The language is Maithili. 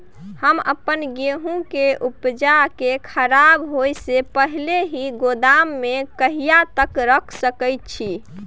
हम अपन गेहूं के उपजा के खराब होय से पहिले ही गोदाम में कहिया तक रख सके छी?